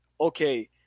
Okay